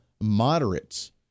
moderates